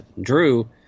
Drew